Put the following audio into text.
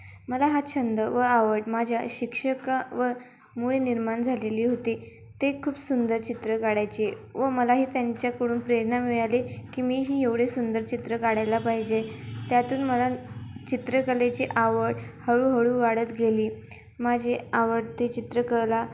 मला हा छंद व आवड माझ्या शिक्षका व मुळे निर्माण झालेली होती ते खूप सुंदर चित्र काढायचे व मलाही त्यांच्याकडून प्रेरणा मिळाली की मीही एवढे सुंदर चित्र काढायला पाहिजे त्यातून मला चित्रकलेची आवड हळूहळू वाढत गेली माझे आवडते चित्रकला